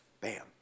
bam